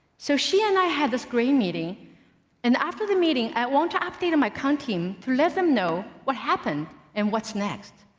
so she and i had this great meeting and after the meeting, i want to update my core team to let them know what happened and what's next.